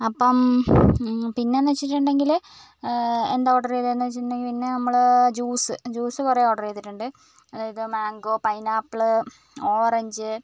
അപ്പം പിന്നെ എന്ന് വെച്ചിട്ടുണ്ടെങ്കിൽ എന്താണ് ഓർഡർ ചെയ്തതെന്ന് വെച്ചിട്ടുണ്ടെങ്കിൽ പിന്നെ നമ്മൾ ജ്യൂസ് ജ്യൂസ് കുറേ ഓർഡർ ചെയ്തിട്ടുണ്ട് അതായത് മാംഗോ പൈനാപ്പിൾ ഓറഞ്ച്